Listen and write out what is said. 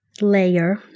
layer